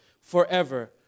forever